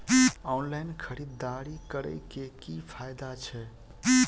Online खरीददारी करै केँ की फायदा छै?